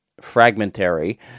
fragmentary